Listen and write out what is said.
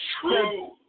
true